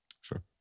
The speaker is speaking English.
Sure